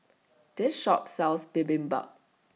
This Shop sells Bibimbap